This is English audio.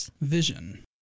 Vision